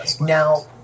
Now